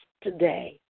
today